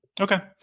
Okay